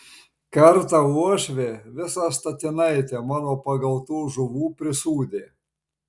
kartą uošvė visą statinaitę mano pagautų žuvų prisūdė